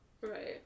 Right